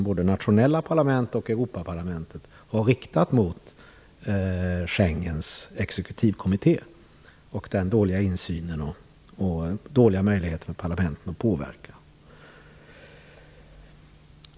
Både nationella parlament och Europaparlamentet har riktat kritik mot Schengens exekutivkommitté, den dåliga insynen och den dåliga möjligheten för parlamenten att påverka.